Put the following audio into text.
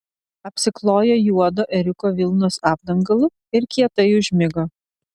apsiklojo juodo ėriuko vilnos apdangalu ir kietai užmigo